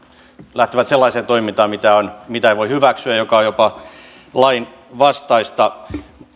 lähtevät sellaiseen toimintaan jota ei voi hyväksyä ja joka on jopa lainvastaista